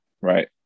Right